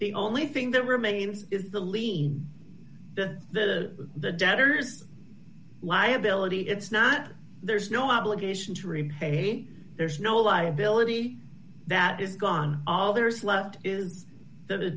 the only thing that remains is the lien the the debtors liability it's not there's no obligation to repay me there's no liability that is gone all there is left is the